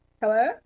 Hello